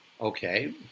okay